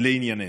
ולענייננו.